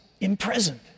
imprisoned